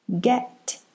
get